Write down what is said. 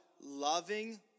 Loving